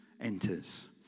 enters